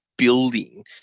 building